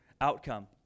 outcome